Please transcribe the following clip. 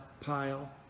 pile